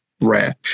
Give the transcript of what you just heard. rare